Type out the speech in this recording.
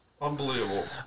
Unbelievable